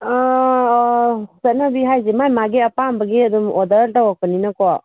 ꯆꯠꯅꯕꯤ ꯍꯥꯏꯁꯦ ꯃꯥꯏ ꯃꯥꯏꯒꯤ ꯑꯄꯥꯝꯕꯒꯤ ꯑꯗꯨꯝ ꯑꯣꯗꯔ ꯇꯧꯔꯛꯄꯅꯤꯅꯀꯣ